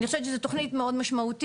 אני חושבת שזו תוכנית מאוד משמעותית,